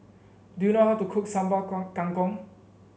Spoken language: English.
do you know how to cook sambal kong kangkong